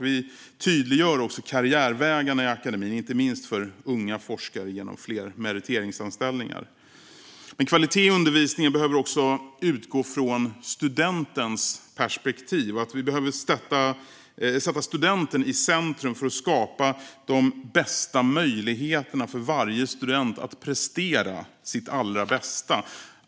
Vi tydliggör också karriärvägarna i akademin, inte minst för unga forskare, genom fler meriteringsanställningar. Men kvaliteten i undervisningen behöver också utgå från studentens perspektiv. Vi behöver sätta studenten i centrum för att skapa de bästa möjligheterna för varje student att prestera sitt allra bästa.